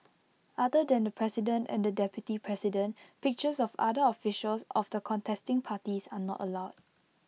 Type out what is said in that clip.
other than the president and the deputy president pictures of other officials of the contesting parties are not allowed